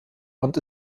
und